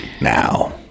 now